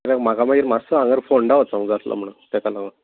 कित्याक म्हाका मागीर मातसो हांगा फोंडा वचूंक जाय आशिल्लो म्हणून ताका लागून